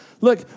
Look